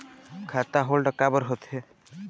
खाता होल्ड काबर होथे?